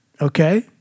Okay